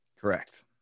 correct